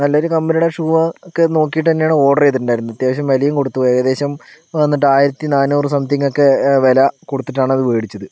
നല്ലൊരു കമ്പനിടെ ഷു ആ ഒക്കെ നോക്കിട്ടെന്നെയാ ഓർഡർ ചെയ്തിട്ടുണ്ടായിരുന്നെ അത്യാവശ്യം വിലയും കൊടുത്തു ഏകദേശം വന്നിട്ട് ആയിരത്തി നാനൂറ് സംതിങ്ങ് ഒക്കെ വില കൊടുത്തിട്ടാണ് അത് മേടിച്ചത്